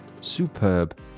superb